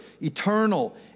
eternal